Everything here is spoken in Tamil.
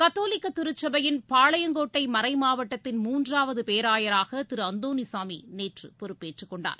கத்தோலிக்கதிருச்சபையின் பாளையங்கோட்டைமறைமாவட்டத்தின் மூன்றாவதுபேராயராகதிருஅந்தோனிசாமிநேற்றுபொறுப்பேற்றுக் கொண்டார்